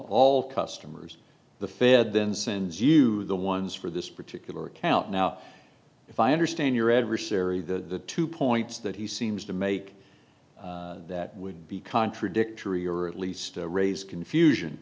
all customers the fed then sends you the ones for this particular account now if i understand your adversary the two points that he seems to make that would be contradictory or at least raise confusion